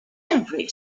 every